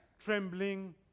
trembling